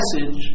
message